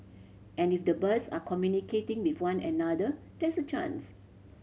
and if the birds are communicating with one another there's a chance